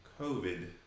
COVID